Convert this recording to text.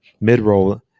mid-roll